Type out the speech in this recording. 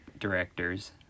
directors